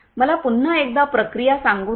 मला पुन्हा एकदा प्रक्रिया सांगू द्या